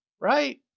right